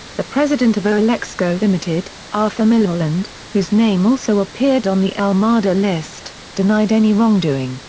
the president of oilexco ltd, arthur millholland, whose name also appeared on the al mada list, denied any wrongdoing,